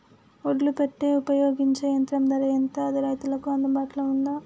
ఒడ్లు పెట్టే ఉపయోగించే యంత్రం ధర ఎంత అది రైతులకు అందుబాటులో ఉందా?